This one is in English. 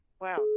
Wow